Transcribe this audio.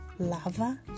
Lava